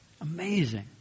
Amazing